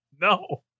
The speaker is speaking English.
No